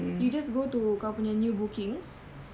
you just go to kau punya new bookings